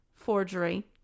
Forgery